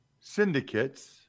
syndicates